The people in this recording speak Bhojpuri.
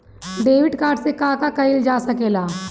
डेबिट कार्ड से का का कइल जा सके ला?